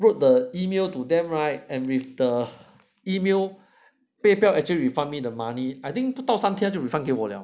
wrote the email to them right and with the email Paypal actually refund me the money I think 不到三天就 refund 给不了